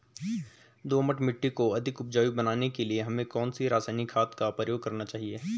दोमट मिट्टी को अधिक उपजाऊ बनाने के लिए हमें कौन सी रासायनिक खाद का प्रयोग करना चाहिए?